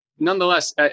Nonetheless